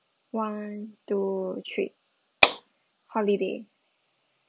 one two three holiday